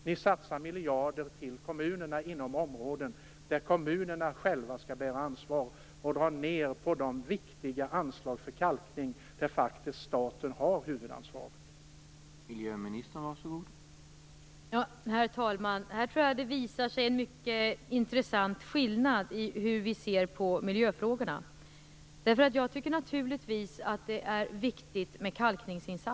Ni satsar miljarder på kommunerna inom områden där kommunerna själva skall bära ansvaret och drar ned på de viktiga anslagen för kalkning, ett område som staten faktiskt har huvudansvaret för.